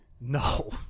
No